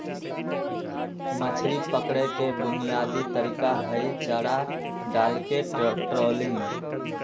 मछरी पकड़े के बुनयादी तरीका हई चारा डालके ट्रॉलिंग